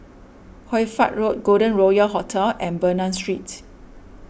Hoy Fatt Road Golden Royal Hotel and Bernam Street